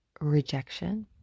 rejection